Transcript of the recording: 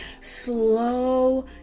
slow